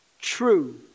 true